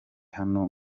hano